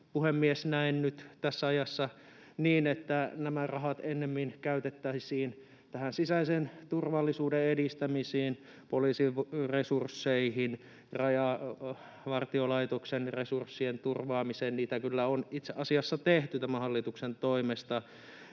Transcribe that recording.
puhemies, näen nyt tässä ajassa niin, että nämä rahat ennemmin käytettäisiin sisäisen turvallisuuden edistämiseen, poliisin resursseihin, Rajavartiolaitoksen resurssien turvaamiseen. Niitä kyllä on itse asiassa tehty tämän hallituksen toimesta,